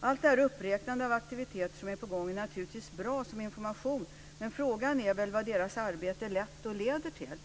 Allt detta uppräknande av aktiviteter som är på gång är naturligtvis bra som information, men frågan är vad arbetet har lett och leder till.